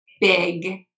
big